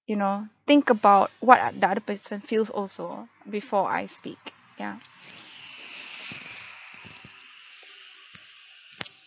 you know think about what o~ the other person feels also before I speak ya